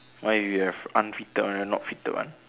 what if you have unfitted one and not fitted one